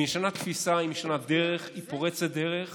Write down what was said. הוא משנה תפיסה, הוא משנה דרך, הוא פורץ דרך.